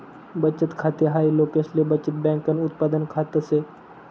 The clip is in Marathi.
बचत खाते हाय लोकसले बचत बँकन उत्पादन खात से